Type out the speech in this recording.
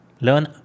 Learn